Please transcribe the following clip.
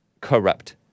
corrupt